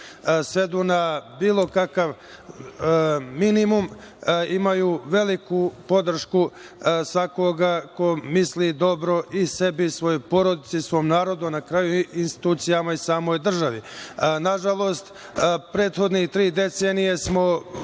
svedu na bilo kakav minimum. Imaju veliku podršku svakog ko misli dobro i sebi i svojoj porodici, svom narodu, a na kraju i institucijama i samoj državi. Nažalost, prethodne tri decenije smo